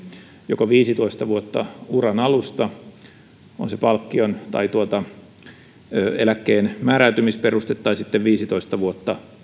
joko viisitoista vuotta uran alusta on se eläkkeen määräytymisperuste tai sitten viisitoista vuotta